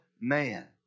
man